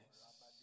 yes